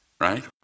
right